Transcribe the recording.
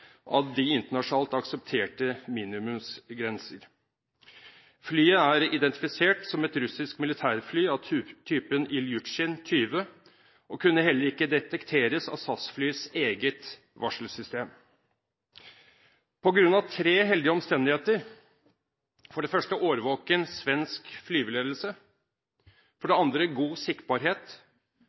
av de internasjonalt aksepterte minimumsgrenser. Flyet er identifisert som et russisk militærfly av typen Iljusjin-20, og det kunne heller ikke detekteres av SAS-flyets eget varselsystem. På grunn av tre heldige omstendigheter – for det første årvåken svensk flyveledelse, for det andre god siktbarhet